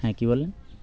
হ্যাঁ কী বললেন